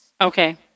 Okay